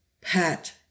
Pat